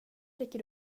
räcker